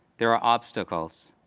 there are obstacles,